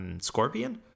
Scorpion